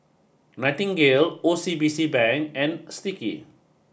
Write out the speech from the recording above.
nightingale O C B C Bank and Sticky